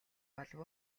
болов